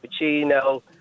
cappuccino